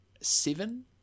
Seven